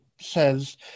says